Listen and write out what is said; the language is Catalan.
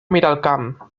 miralcamp